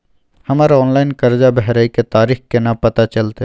हमर ऑनलाइन कर्जा भरै के तारीख केना पता चलते?